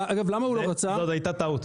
למה לא רוצה?